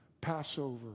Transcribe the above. Passover